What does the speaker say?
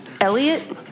Elliot